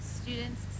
students